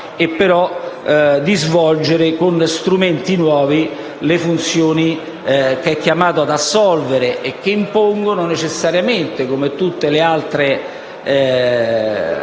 tempo, di svolgere con strumenti nuovi le funzioni che è chiamato ad assolvere. Tali funzioni impongono necessariamente, come tutte le altre